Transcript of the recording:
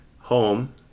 home